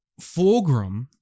Fulgrim